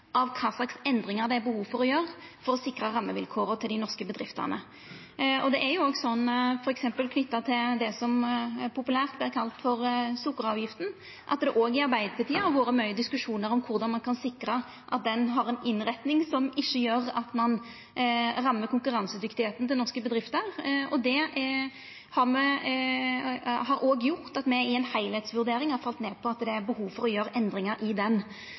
av kva endringar det er behov for å gjera for å sikra rammevilkåra til dei norske bedriftene. Det er òg sånn, f.eks. knytt til det som populært vert kalla sukkeravgifta, at det i Arbeidarpartiet har vore mykje diskusjon om korleis ein kan sikra at ho har ei innretning som ikkje gjer at ein rammar konkurransedyktigheita til norske bedrifter. Det har gjort at me etter ei heilskapsvurdering har falle ned på at det er behov for å gjera endringar i